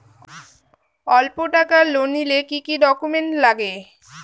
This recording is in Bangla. অল্প টাকার লোন নিলে কি কি ডকুমেন্ট লাগে?